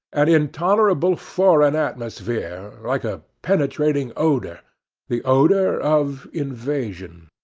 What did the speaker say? an intolerable foreign atmosphere like a penetrating odor the odor of invasion.